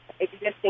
existing